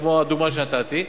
כמו הדוגמה שנתתי,